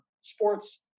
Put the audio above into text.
sports